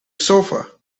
sofa